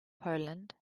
poland